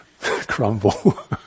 crumble